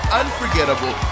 unforgettable